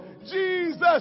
Jesus